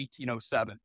1807